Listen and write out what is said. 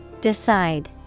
Decide